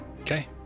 Okay